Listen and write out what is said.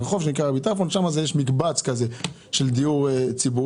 רחוב שנקרא רבי טרפון ושם יש מקבץ כזה של דיור ציבורי,